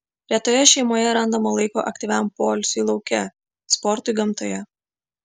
retoje šeimoje randama laiko aktyviam poilsiui lauke sportui gamtoje